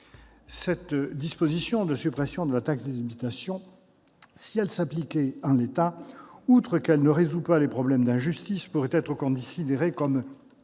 national ? La suppression de la taxe d'habitation, si elle s'appliquait en l'état, outre qu'elle ne résoudrait pas les problèmes d'injustice, pourrait être considérée comme